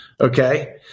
Okay